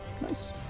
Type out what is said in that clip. Nice